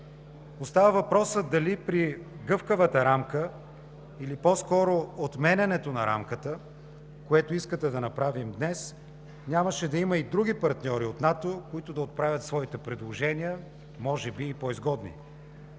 Остава въпросът: дали при гъвкавата рамка, или по-скоро отменянето на рамката, което искате да направим днес, нямаше да има и други партньори от НАТО, които да отправят своите, може би и по изгодни